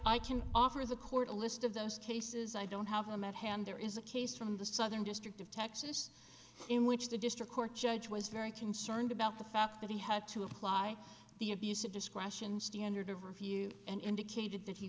i can offer is a court a list of those cases i don't have them at hand there is a case from the southern district of texas in which the district court judge was very concerned about the fact that he had to apply the abuse of discretion standard of review and indicated that he